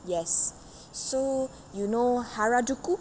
yes so you know harajuku